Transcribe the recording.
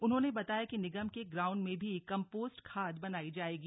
उन्होंने बताया कि निगम के ग्राउंड में ही कम्पोस्ट खाद बनाई जाएगी